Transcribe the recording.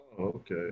okay